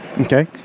Okay